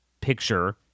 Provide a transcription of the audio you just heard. picture